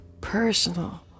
personal